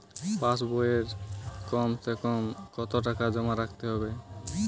পাশ বইয়ে কমসেকম কত টাকা জমা রাখতে হবে?